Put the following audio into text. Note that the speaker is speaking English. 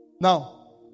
now